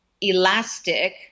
elastic